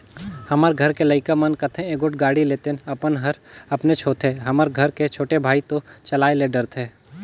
हमर घर के लइका मन कथें एगोट गाड़ी लेतेन अपन हर अपनेच होथे हमर घर के छोटे भाई तो चलाये ले डरथे